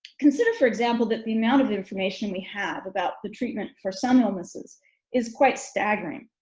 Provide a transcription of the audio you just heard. consider, for example, that the amount of information we have about the treatment for some illnesses is quite staggering,